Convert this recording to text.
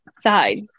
side